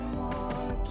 more